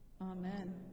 Amen